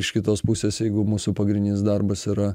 iš kitos pusės jeigu mūsų pagrindinis darbas yra